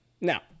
Now